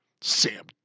Sam